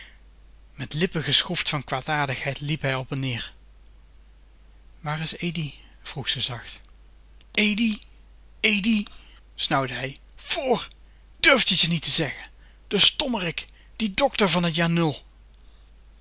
met lippen geschroefd van kwaadaardigheid liep hij op en neer waar is edi vroeg ze zacht edi edi snauwde hij vr durft t je niet te zeggen de stommerik die dokter van t jaar